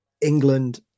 England